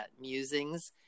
musings